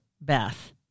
Beth